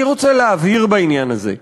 אני רוצה להבהיר בעניין הזה: